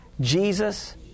Jesus